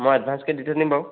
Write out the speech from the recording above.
মই এডভাঞ্চকৈ দি থৈ দিম বাৰু